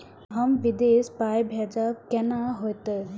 हम विदेश पाय भेजब कैना होते?